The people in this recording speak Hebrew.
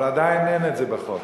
אבל עדיין זה לא בחוק.